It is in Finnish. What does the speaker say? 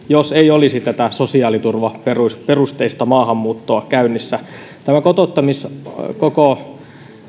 jos ei olisi tätä sosiaaliturvaperusteista maahanmuuttoa käynnissä tämä koko